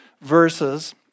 verses